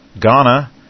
Ghana